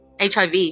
HIV